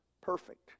Perfect